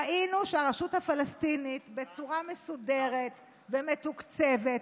ראינו שהרשות הפלסטינית, בצורה מסודרת ומתוקצבת,